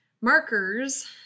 markers